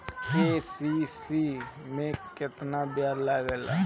KCC में केतना ब्याज लगेला?